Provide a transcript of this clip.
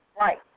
right